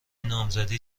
نامزدی